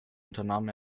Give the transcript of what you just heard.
unternahm